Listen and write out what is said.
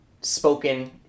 spoken